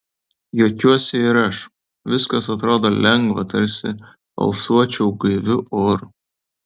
juokiuosi ir aš viskas atrodo lengva tarsi alsuočiau gaiviu oru